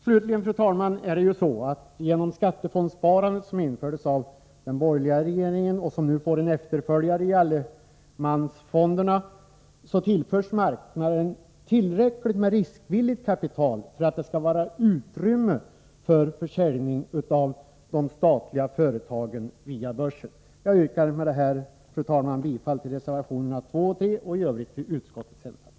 Slutligen, fru talman, är det ju så, att marknaden genom skattefondssparandet, som infördes av den borgerliga regeringen och som nu får en efterföljare i allemansfonderna, tillförs så mycket riskvilligt kapital att det blir utrymme för en försäljning av statliga företag via börsen. Jag yrkar bifall till reservationerna 2 och 3 samt i övrigt till utskottets hemställan. | st